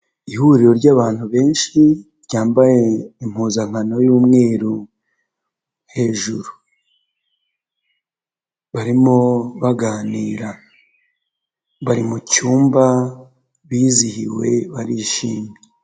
Ihuriro ry'abantu benshi ryambaye impuzankano y'umweru hejuru, barimo baganira bari mu cyumba bizihiwe barishimye.